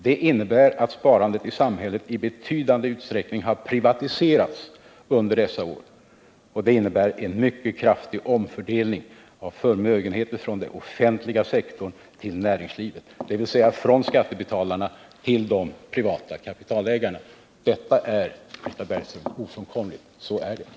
Det innebär att sparandet i samhället i betydande utsträckning har privatiserats under dessa år, vilket medfört en mycket kraftig omfördelning av förmögenheter från den offentliga sektorn till näringslivet, dvs. från skattebetalarna till de privata kapitalägarna. Det är, Britta Bergström, ett ofrånkomligt faktum.